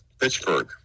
Pittsburgh